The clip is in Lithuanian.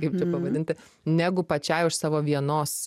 kaip čia pavadinti negu pačiai už savo vienos